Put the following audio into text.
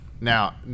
Now